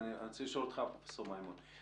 ואני רוצה לשאול אותך, פרופ' מימון.